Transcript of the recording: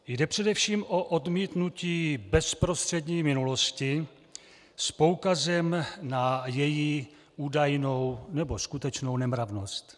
Jde především o odmítnutí bezprostřední minulosti s poukazem na její údajnou nebo skutečnou nemravnost.